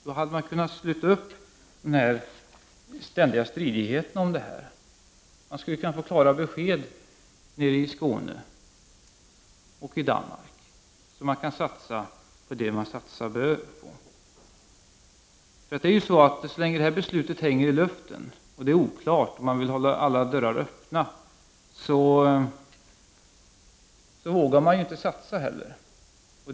Då hade man kunnat sluta upp med de ständiga stridigheterna i brofrågan, och man hade fått klart besked i Skåne och Danmark, så att man kan satsa på det som man bör satsa på. Så länge det är oklart och det här beslutet hänger i luften, så länge man vill hålla alla dörrar öppna, vågar man inte heller satsa.